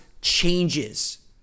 changes